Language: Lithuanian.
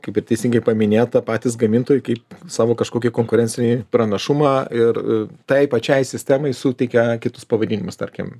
kaip ir teisingai paminėta patys gamintojai kaip savo kažkokį konkurencinį pranašumą ir tai pačiai sistemai suteikia kitus pavadinimus tarkim